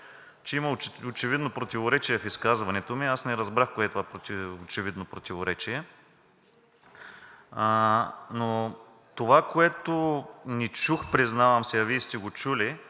че има очевидно противоречие в изказването ми, аз не разбрах кое е това очевидно противоречие, но това, което не чух, признавам си, а Вие сте го чули